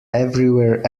everywhere